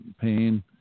pain